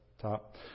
top